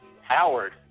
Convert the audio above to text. Howard